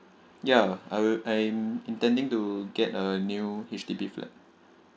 ya I would I'm intending to get a new H_D_B flat